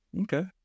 Okay